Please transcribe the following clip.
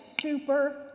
super